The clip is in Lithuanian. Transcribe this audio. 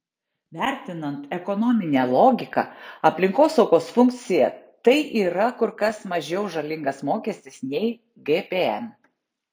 vertinant ekonominę logiką aplinkosaugos funkciją tai yra kur kas mažiau žalingas mokestis nei gpm